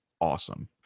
awesome